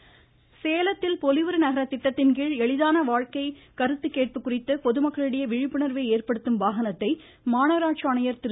மமமமமம சேலம் பொலிவுறு சேலத்தில் பொலிவுறு நகர திட்டத்தின்கீழ் எளிதான வாழ்க்கை கருத்து கேட்பு குறித்து பொதுமக்களிடையே விழிப்புணர்வை ஏற்படுத்தும் வாகனத்தை மாநகராட்சி ஆணையர் திரு